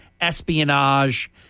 espionage